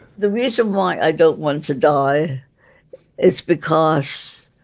the reason why i don't want to die is because